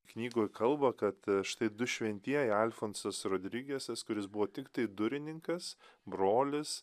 knygoj kalba kad štai du šventieji alfonsas rodrigesas kuris buvo tiktai durininkas brolis